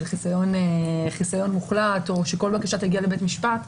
חיסיון מוחלט או שכל בקשה תגיע לבית משפט,